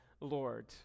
Lord